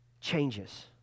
changes